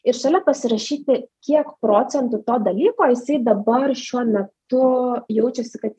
ir šalia pasirašyti kiek procentų to dalyko jisai dabar šiuo metu jaučiasi kad